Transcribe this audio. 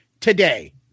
Today